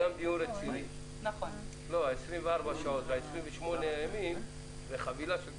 לא, זאת חבילה של תקנות.